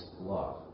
love